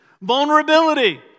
Vulnerability